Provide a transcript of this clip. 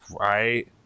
right